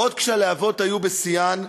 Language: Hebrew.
עוד כשהלבות היו בשיאן,